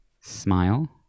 Smile